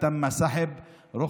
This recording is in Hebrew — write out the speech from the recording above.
זו בשורה